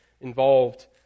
involved